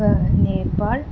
Nepal